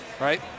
right